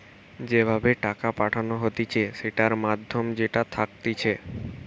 যে ভাবে টাকা পাঠানো হতিছে সেটার মাধ্যম যেটা থাকতিছে